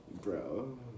Bro